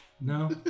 no